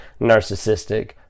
narcissistic